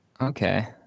Okay